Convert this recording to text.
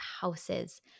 houses